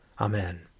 Amen